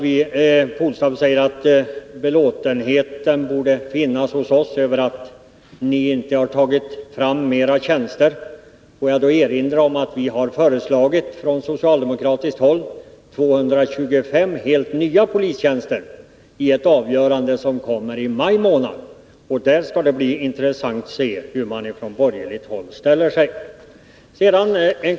Åke Polstam säger att vi socialdemokrater borde känna belåtenhet över att ni inte har tagit fram flera tjänster. Får jag då erinra om att vi från socialdemokratiskt håll har föreslagit 225 helt nya polistjänster — ett avgörande därom kommer att fattas i maj månad. Det skall bli intressant att se hur man från borgerligt håll ställer sig till det förslaget.